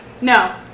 No